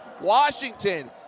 Washington